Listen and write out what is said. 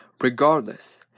Regardless